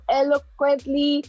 eloquently